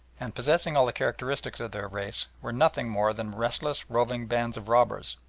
and, possessing all the characteristics of their race, were nothing more than restless, roving bands of robbers,